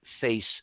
face